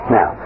Now